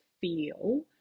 feel